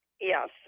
yes